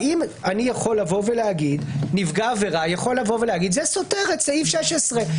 האם נפגע עבירה יכול להגיד: זה סותר את סעיף 16,